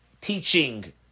teaching